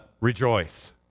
rejoice